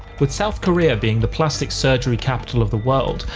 with south korea being the plastic surgery capital of the world,